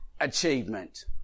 achievement